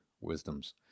wisdoms